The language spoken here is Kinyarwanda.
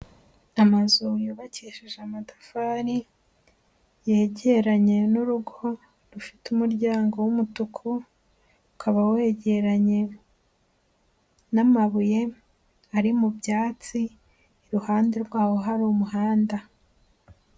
Amazu yubakishije amatafari, yegeranye n'urugo rufite umuryango w'umutuku, ukaba wegeranye n'amabuye ari mu byatsi, iruhande rwawo hari umuhanda.